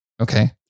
okay